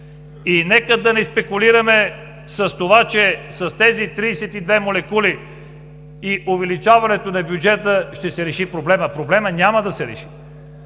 Нека не спекулираме с това, че с тези 32 молекули и с увеличаването на бюджета ще се реши проблемът. Проблемът няма да се реши!